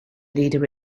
leader